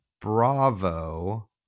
Bravo